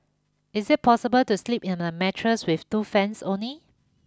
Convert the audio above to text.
is it possible to sleep in a mattress with two fans only